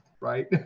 right